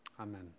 Amen